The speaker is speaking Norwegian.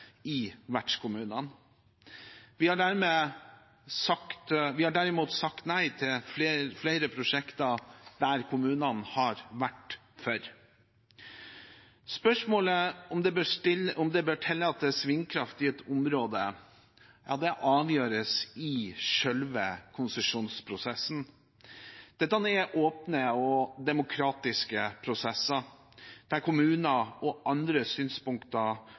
i vertskommunene. Vi har derimot sagt nei til flere prosjekter der kommunene har vært for. Spørsmålet om det bør tillates vindkraft i et område avgjøres i selve konsesjonsprosessen. Dette er åpne og demokratiske prosesser, der kommuner og andre synspunkter